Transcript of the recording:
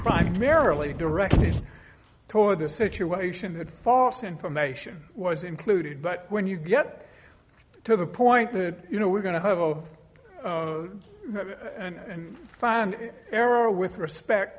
primarily directed toward a situation that false information was included but when you get to the point that you know we're going to have zero and find an error with respect